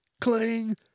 cling